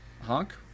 Honk